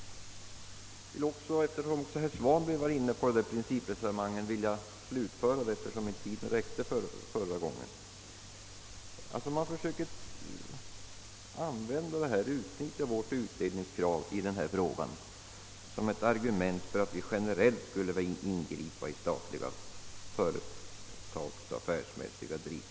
Eftersom även herr Svanberg var inne på detta principresonemang vill jag tala lite mer härom då repliktiden inte räckte till för mig förra gången. Man försöker utnyttja vårt krav på utredning i denna fråga som ett argument för tanken att vi generellt skulle vilja ingripa i statliga företags affärsmässiga drift.